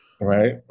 right